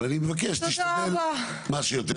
ואני מבקש להשתדל מה שיותר,